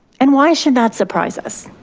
and why should that surprise us.